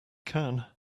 can